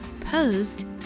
posed